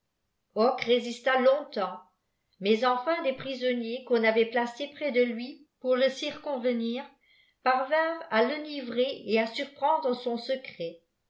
résista longtemps maisenfîndes prisonniers qu'on avait placés près de lui pour le circonvenir parvinrent à l'enivrer et ik surprendre son secret